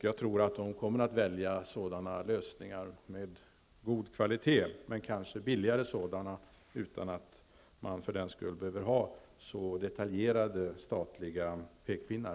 Jag tror att kommunalmännen kommer att välja sådana lösningar som är av god kvalitet, men som kanske är billigare, utan att man för den skull behöver ha så detaljerade statliga pekpinnar.